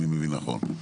אם אני מבין נכון.